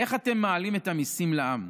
איך אתם מעלים את המיסים לעם?